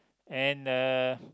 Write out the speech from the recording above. and uh